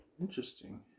Interesting